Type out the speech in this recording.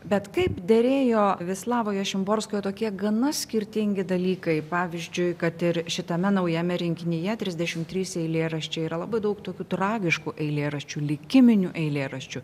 bet kaip derėjo vislavoje šimborskoje tokie gana skirtingi dalykai pavyzdžiui kad ir šitame naujame rinkinyje trisdešim trys eilėraščiai yra labai daug tokių tragiškų eilėraščių likiminių eilėraščių